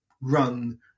run